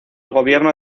gobierno